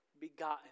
begotten